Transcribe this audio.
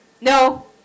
No